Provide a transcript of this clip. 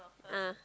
ah